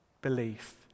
belief